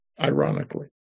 ironically